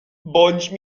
bądź